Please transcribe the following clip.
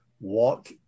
walk